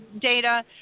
data